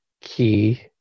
key